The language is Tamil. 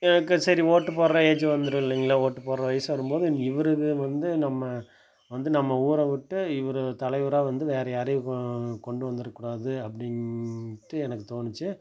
எனக்கு சரி ஓட்டு போடுற ஏஜ் வந்துடும் இல்லைங்களா ஓட்டு போடுற வயசு வரும்போது இவருக்கு வந்து நம்ம வந்து நம்ம ஊரை விட்டு இவரை தலைவராக வந்து வேறு யாரையும் கொ கொண்டு வந்துடக்கூடாது அப்படின்ட்டு எனக்கு தோணுச்சு